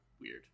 weird